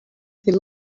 they